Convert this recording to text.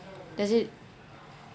that's it